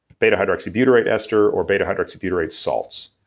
beta-hydroxybutyrate ester, or beta-hydroxybutyrate salts.